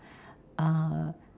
uh